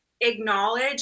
acknowledge